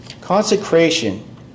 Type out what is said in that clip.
Consecration